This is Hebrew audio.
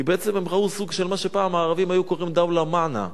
כי בעצם הם ראו סוג של מה שפעם הערבים היו קוראים "דוולה מענא"